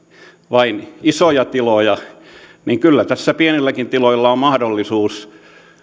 vain isoja tiloja kyllä tässä pienilläkin tiloilla on mahdollisuus